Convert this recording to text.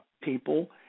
people